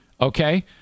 Okay